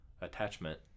attachment